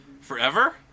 forever